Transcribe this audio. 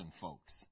folks